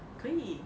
可以